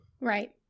Right